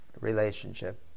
relationship